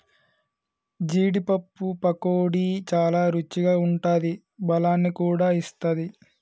జీడీ పప్పు పకోడీ చాల రుచిగా ఉంటాది బలాన్ని కూడా ఇస్తది